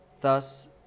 Thus